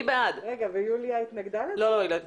יוליה התנגדה לזה?